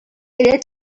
lleig